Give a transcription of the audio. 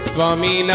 Swami